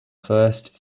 first